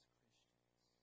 Christians